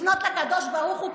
לפנות לקדוש ברוך הוא,